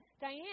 Diane